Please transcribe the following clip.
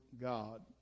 God